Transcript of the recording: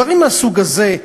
דברים מהסוג הזה,